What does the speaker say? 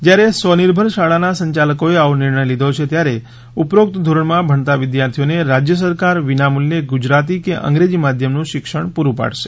જ્યારે સ્વનિર્ભર શાળાના સંચાલકોએ આવો નિર્ણય લીધો છે ત્યારે ઉપરોક્ત ધોરણમાં ભણતા વિદ્યાર્થીઓને રાજ્ય સરકાર વિનામૂલ્યે ગુજરાતી કે અંગ્રેજી માધ્યમનું શિક્ષણ પૂરું પાડશે